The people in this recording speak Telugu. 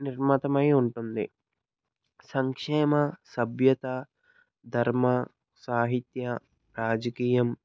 నిర్మతమై ఉంటుంది సంక్షేమ సభ్యత ధర్మ సాహిత్య రాజకీయం